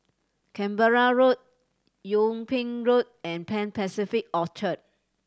Canberra Road Yung Ping Road and Pan Pacific Orchard